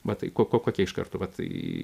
va tai ko kokie iš karto vat